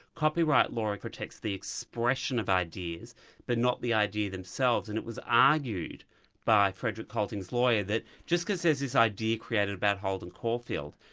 copyright law protects the expression of ideas but not the ideas themselves, and it was argued by frederik colting's lawyer, that just because there's this idea created about holden caulfield,